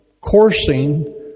coursing